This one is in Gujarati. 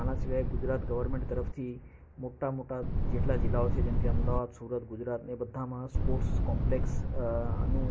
આના સિવાય ગુજરાત ગવર્મેન્ટ તરફથી મોટા મોટા જેટલા જિલ્લાઓ છે જેમ કે અમદાવાદ સુરત ગુજરાત એ બધામાં સ્પોર્ટ્સ કોમ્પ્લેક્સ નું